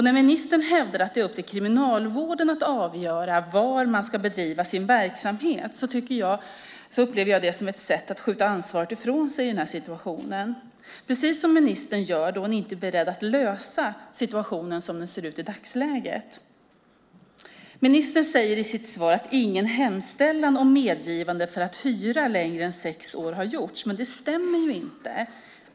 När ministern hävdar att det är upp till Kriminalvården att avgöra var den ska bedriva sin verksamhet upplever jag det som ett sätt att skjuta ifrån sig ansvaret i den här situationen - precis som ministern gör då hon inte är beredd att lösa situationen som den ser ut i dagsläget. Ministern säger i sitt svar att ingen hemställan om medgivande för att hyra längre än sex år har gjorts. Det stämmer dock inte.